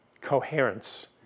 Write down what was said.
coherence